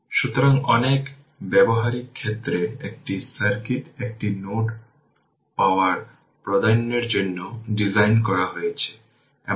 পরে আমরা দেখব যে এটিকে 6 Ω রেজিস্টেন্স দ্বারা ডিভাইড করা কারেন্ট